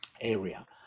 area